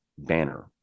banner